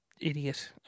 idiot